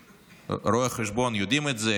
ורואי חשבון יודעים את זה,